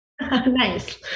Nice